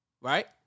right